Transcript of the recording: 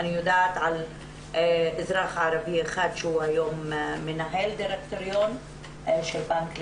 אני יודעת על אזרח ערבי אחד שהוא היום מנהל דירקטוריון של בנק לאומי,